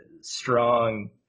strong